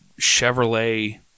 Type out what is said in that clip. Chevrolet